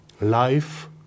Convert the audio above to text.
life